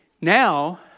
Now